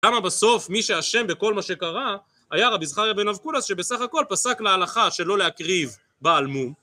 למה בסוף מי שאשם בכל מה שקרה היה רבי זכריה בן אבקולס שבסך הכל פסק להלכה שלא להקריב בעלמו